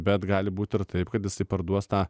bet gali būti ir taip kad jisai parduos tą